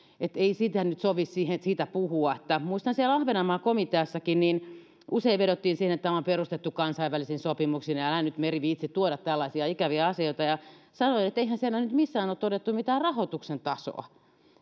että ei siitä nyt sovi puhua muistan että siellä ahvenanmaa komiteassakin usein vedottiin siihen että tämä on perustettu kansainvälisin sopimuksin ja älä nyt meri viitsi tuoda tällaisia ikäviä asioita ja sanoin että eihän siellä nyt missään ole todettu mitään rahoituksen tasoa